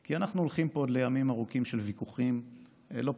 כי אנחנו הולכים פה לימים ארוכים של ויכוחים לא פשוטים,